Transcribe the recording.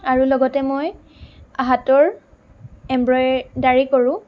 আৰু লগতে মই হাতৰ এমব্ৰইডাৰী কৰোঁ